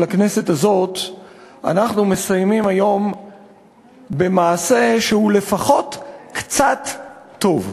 הכנסת הזאת אנחנו מסיימים היום במעשה שהוא לפחות קצת טוב.